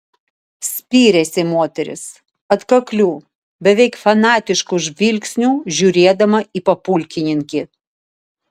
spyrėsi moteris atkakliu beveik fanatišku žvilgsniu žiūrėdama į papulkininkį